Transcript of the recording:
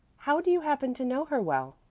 how do you happen to know her well?